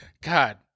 God